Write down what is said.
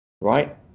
right